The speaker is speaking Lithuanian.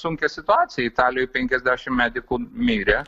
sunkią situaciją italijoj penkiasdešimt medikų mirė